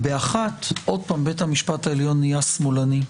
ובאחת עוד פעם בית המשפט נהיה שמאלני,